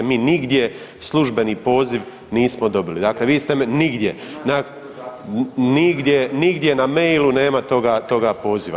Mi nigdje službeni poziv nismo dobili, dakle vi ste, nigdje, nigdje na mailu nema toga poziva.